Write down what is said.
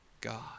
God